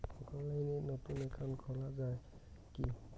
অনলাইনে নতুন একাউন্ট খোলা য়ায় কি?